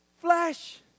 Flesh